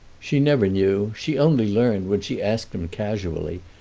she never knew she only learned, when she asked him casually,